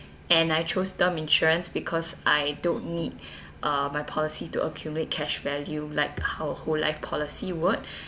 and I chose term insurance because I don't need uh my policy to accumulate cash value like how a whole life policy would